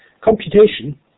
Computation